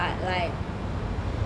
ஆமா:ama but like